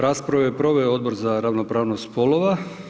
Raspravu je proveo Odbor za ravnopravnost spolova.